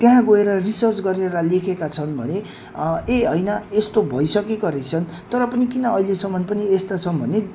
त्यहाँ गएर रिसर्च गरेर लेखेका छन् भने ए होइन यस्तो भइसकेको रहेछन् तर पनि किन अहिलेसम्म पनि यस्ता छन् भने